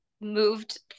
moved